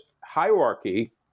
hierarchy